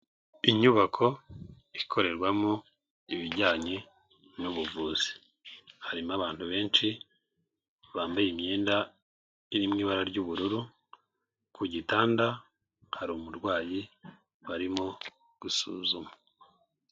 Inyubako ikorerwamo ibijyanye n'ubuvuzi, harimo abantu benshi, bambaye imyenda iri mu ibara ry'ubururu, ku gitanda hari umurwayi barimo gusuzuma.